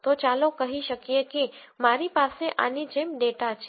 તો ચાલો કહી શકીએ કે મારી પાસે આની જેમ ડેટા છે